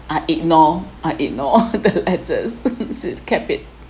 I ignore I ignore that as it kept it